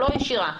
לא ישירה,